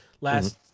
last